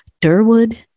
Durwood